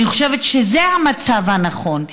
אני חושבת שזה המצב הנכון.